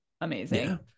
Amazing